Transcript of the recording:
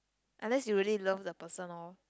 unless you really love the person lor